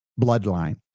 bloodline